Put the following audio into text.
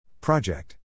Project